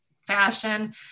fashion